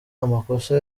amakosa